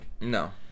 No